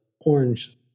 orange